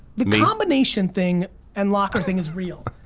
the combination thing and locker thing is real.